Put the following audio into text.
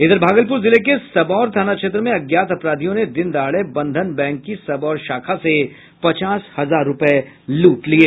इधर भागलपुर जिले के सबौर थाना क्षेत्र में अज्ञात अपराधियों ने दिनदहाड़े बंधन बैंक की सबौर शाखा से पचास हजार रुपये लूट लिये